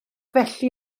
felly